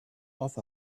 off